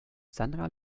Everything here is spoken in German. sandra